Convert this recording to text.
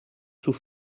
sous